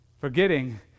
forgetting